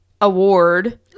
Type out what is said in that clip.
award